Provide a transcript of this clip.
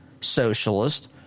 socialist